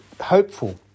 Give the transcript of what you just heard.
hopeful